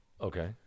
Okay